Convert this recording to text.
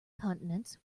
continents